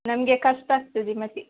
ನಮಗೆ ಕಷ್ಟ ಆಗ್ತದೆ ಮತ್ತು